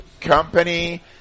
company